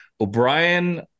O'Brien